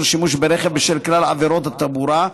שימוש ברכב בשל כלל עבירות התעבורה,